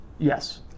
Yes